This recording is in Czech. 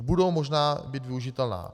Budou možná využitelná.